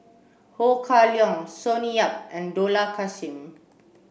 Ho Kah Leong Sonny Yap and Dollah Kassim